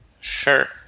Sure